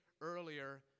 earlier